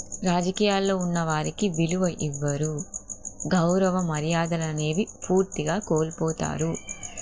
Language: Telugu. రాజకీయాల్లో ఉన్న వారికి విలువ ఇవ్వరు గౌరవ మర్యాదలనేవి పూర్తిగా కోల్పోతారు